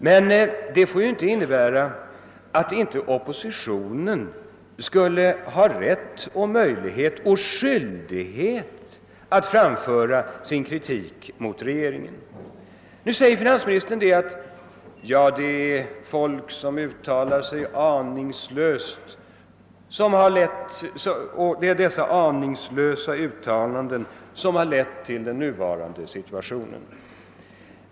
Men det betyder ju inte att oppositionen inte skuile ha rätt, möjlighet och skyldighet att framföra sin kritik mot regeringen. Finansministern sade också att det var folks aningslösa uttalanden som lett till den nuvarande situationen.